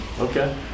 Okay